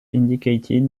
indicated